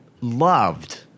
loved